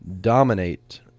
dominate